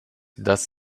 das